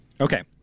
Okay